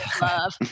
Love